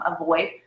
avoid